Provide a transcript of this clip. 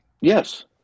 Yes